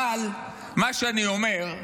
אבל מה שאני אומר,